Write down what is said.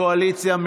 קואליציה,